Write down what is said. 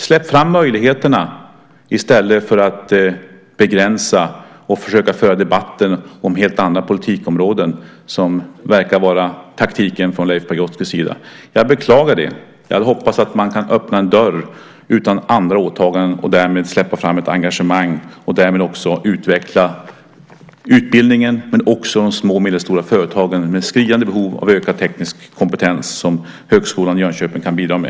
Släpp fram möjligheterna i stället för att begränsa och försöka föra debatten om helt andra politikområden, vilket verkar vara taktiken från Leif Pagrotskys sida. Jag beklagar det. Jag hade hoppats att man kunde ha öppnat en dörr utan andra åtaganden och därmed släppa fram ett engagemang. Därmed skulle man också utveckla utbildningen, men även de små och medelstora företagen med skriande behov av ökad teknisk kompetens som Högskolan i Jönköping kan bidra med.